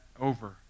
over